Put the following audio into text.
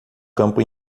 campo